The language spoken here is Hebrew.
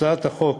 להצעת החוק